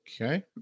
Okay